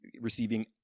receiving